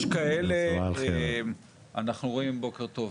יש כאלה, אנחנו רואים, בוקר טוב.